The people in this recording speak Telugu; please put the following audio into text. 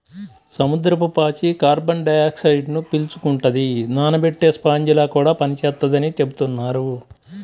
సముద్రపు పాచి కార్బన్ డయాక్సైడ్ను పీల్చుకుంటది, నానబెట్టే స్పాంజిలా కూడా పనిచేత్తదని చెబుతున్నారు